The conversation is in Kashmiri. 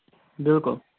بِلکُل